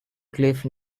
cliff